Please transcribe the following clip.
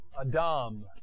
Adam